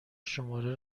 شماره